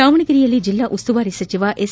ದಾವಣಗೆರೆಯಲ್ಲಿ ಜಿಲ್ಲಾ ಉಸ್ತುವಾರಿ ಸಚಿವ ಎಸ್